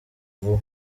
vuba